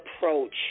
approach